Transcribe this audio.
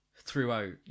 throughout